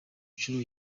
nshuro